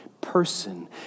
person